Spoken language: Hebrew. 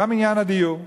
גם עניין הדיור.